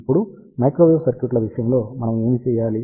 ఇప్పుడు మైక్రోవేవ్ సర్క్యూట్ల విషయములో మనము ఏమి చేయాలి